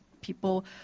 people